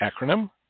acronym